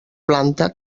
planta